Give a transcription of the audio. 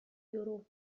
یورو